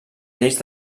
lleis